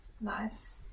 nice